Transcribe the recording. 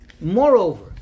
moreover